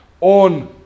on